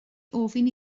ofyn